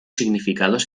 significados